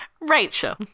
Rachel